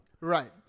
Right